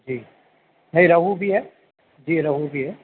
جی ہے روہو بھی ہے جی روہو بھی ہے